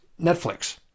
Netflix